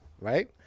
Right